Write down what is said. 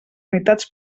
unitats